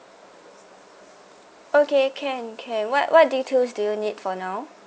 okay can can what what details do you need for now